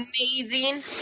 Amazing